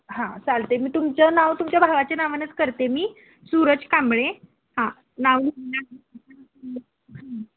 हां चालते मी तुमचं नाव तुमच्या भावाच्या नावानेच करते मी सूरज कांबळे हां नाव